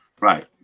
Right